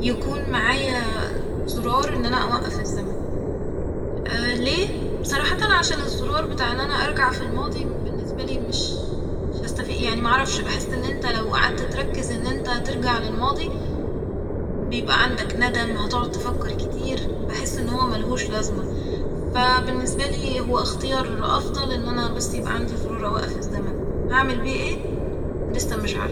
يكون معايا زرار ان انا اوقف الزمن ، ليه؟ صراحة عشان الزرار بتاع ان انا ارجع في الماضي باللنسبالي مش- مش هست- يعني معرفش بحس ان انت لو قعدت تركز ان انت هترجع للماضي بيبقى عندك ندم هتقعد تفكر كتير ، بحس ان هو ملهوش لازمة فا باللنسبالي هو اختيار افضل ان انا بس يبقى عندي زرار اوقف الزمن ، هعمل بيه ايه ؟ لسه مش عارفه